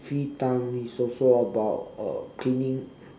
free time it's also about uh cleaning